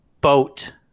boat